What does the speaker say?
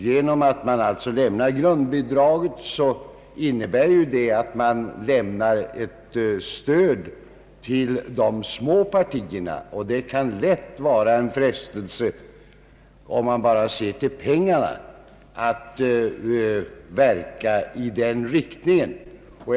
Genom att man lämnar grundbidraget, ger man ett stöd till de små partierna, och detta kan lätt bli en frestelse att verka i den riktningen, om man bara ser till pengarna.